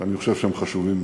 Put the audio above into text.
ואני חושב שהם חשובים מאוד: